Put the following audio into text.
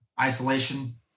isolation